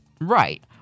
Right